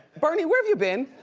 bernie, where have you been?